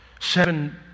Seven